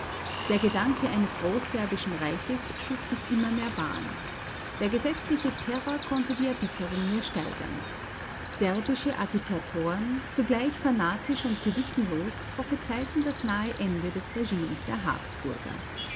der gedanke eines großserbischen reiches schuf sich immer mehr bahn der gesetzliche terror konnte die erbitterung nur steigern serbische agitatoren zugleich fanatisch und gewissenlos prophezeiten das nahe ende des regimes der habsburger